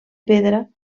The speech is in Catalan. pedra